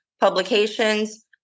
publications